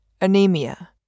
Anemia